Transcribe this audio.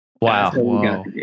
Wow